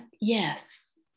yes